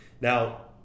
Now